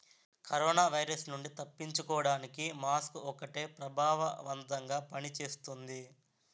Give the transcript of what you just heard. corona virus నుండి తప్పించుకోడానికి mask ఒక్కటే ప్రభావవంతంగా పని చేస్తుంది